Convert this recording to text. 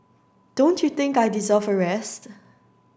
don't you think I deserve a rest